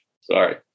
Sorry